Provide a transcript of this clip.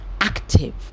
active